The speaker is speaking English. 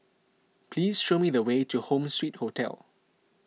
please show me the way to Home Suite Hotel